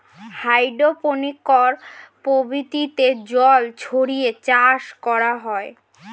hydroponics পদ্ধতিতে জল ছড়িয়ে চাষ করা হয়